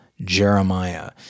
Jeremiah